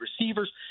receivers